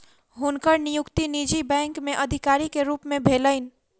हुनकर नियुक्ति निजी बैंक में अधिकारी के रूप में भेलैन